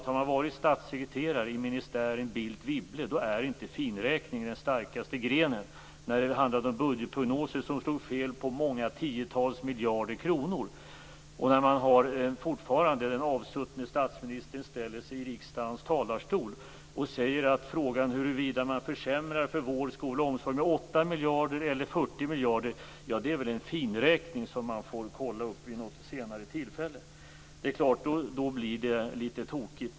Har man varit statssekreterare i ministären Bildt-Wibble då är inte finräkning den starkaste grenen. Då handlade det om budgetprognoser som slog fel på många tiotals miljarder kronor. När det avsuttne statsministern ställer sig i riksdagens talarstol och säger att frågan huruvida man försämrade för skola, vård och omsorg med 8 miljarder eller med 40 miljarder väl är en finräkning som man får kolla upp vid något senare tillfälle, är det klart att det blir litet tokigt.